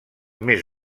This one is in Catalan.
més